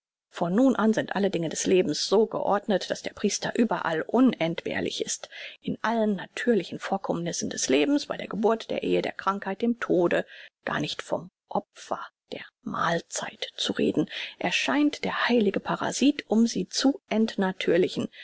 von nun an sind alle dinge des lebens so geordnet daß der priester überall unentbehrlich ist in allen natürlichen vorkommnissen des lebens bei der geburt der ehe der krankheit dem tode gar nicht vom opfer der mahlzeit zu reden erscheint der heilige parasit um sie zu entnatürlichen